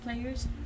players